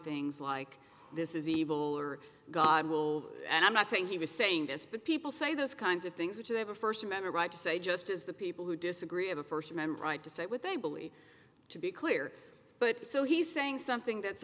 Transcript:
things like this is evil or god will and i'm not saying he was saying this but people say those kinds of things which have a first amendment right to say just as the people who disagree of a person member right to say what they believe to be clear but so he's saying something that's